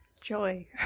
Joy